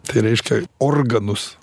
tai reiškia organus